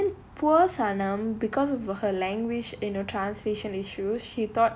and then poor sanam because of her language nad her translation issues she thought